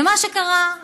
ומה שקרה,